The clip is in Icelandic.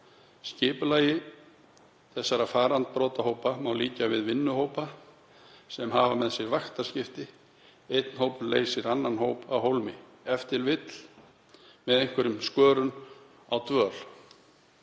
Skipulagi þessara farandbrotahópa má líkja við „vinnuhópa“ sem hafa með sér vaktaskipti, einn hópur leysir annan af hólmi, e.t.v. með einhverri skörun á dvöl.